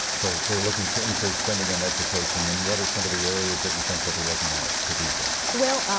so, we're looking to increase spending in education. and what are some of the areas that you think they'll be looking at to do so? well,